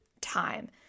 time